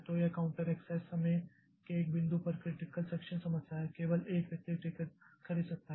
तो यह counter access समय के एक बिंदु पर क्रिटिकल सेक्षन समस्या है केवल 1 व्यक्ति टिकट खरीद सकता है